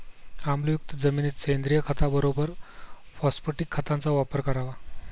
आम्लयुक्त जमिनीत सेंद्रिय खताबरोबर फॉस्फॅटिक खताचा वापर करावा